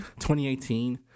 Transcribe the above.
2018